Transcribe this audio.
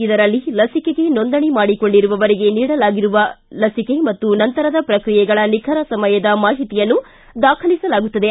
ಇದರಲ್ಲಿ ಲಸಿಕೆಗೆ ನೋಂದಣಿ ಮಾಡಿಕೊಂಡಿರುವವರಿಗೆ ನೀಡಲಾಗುವ ಲಸಿಕೆ ಮತ್ತು ನಂತರದ ಪ್ರಕ್ರಿಯೆಗಳ ನಿಖರ ಸಮಯದ ಮಾಹಿತಿಯನ್ನು ದಾಖಲಿಸಲಾಗುತ್ತದೆ